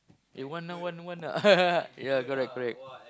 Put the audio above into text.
I want now want now want not yeah correct